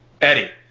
Eddie